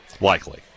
Likely